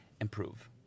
improve